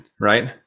right